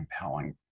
compelling